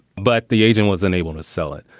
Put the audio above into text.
but the agent was unable to sell it.